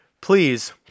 please